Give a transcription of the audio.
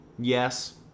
Yes